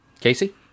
Casey